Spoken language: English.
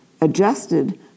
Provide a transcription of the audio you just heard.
adjusted